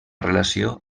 relació